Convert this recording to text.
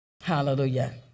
Hallelujah